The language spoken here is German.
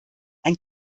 ein